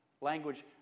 language